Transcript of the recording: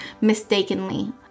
mistakenly